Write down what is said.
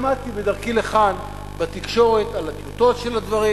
שמעתי בדרכי לכאן בתקשורת על הטיוטות של הדברים.